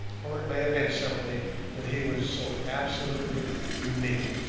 or it may have been simply that he was so absolutely unique.